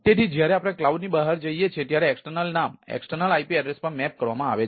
તેથી જ્યારે આપણે કલાઉડ ની બહાર જઈએ છીએ ત્યારે એક્સટર્નલ નામ એક્સટર્નલ IP એડ્રેસ પર મેપ કરવામાં આવે છે